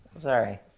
Sorry